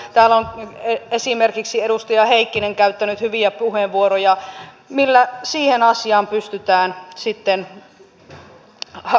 täällä on esimerkiksi edustaja heikkinen käyttänyt hyviä puheenvuoroja siitä millä siihen asiaan pystytään sitten saamaan parannusta